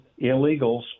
illegals